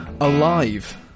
alive